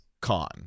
con